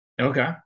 Okay